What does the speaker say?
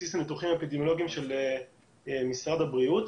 בסיס הניתוחים האפידמיולוגיים של משרד הבריאות.